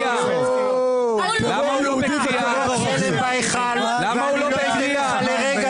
המכת"זית אולי תנקה קצת את הזוהמה, אולי אנחנו